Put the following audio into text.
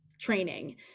training